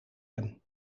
hem